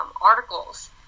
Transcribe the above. articles